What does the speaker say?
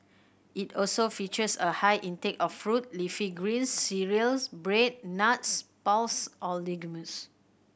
it also features a high intake of fruit leafy greens cereals bread nuts pulse or legumes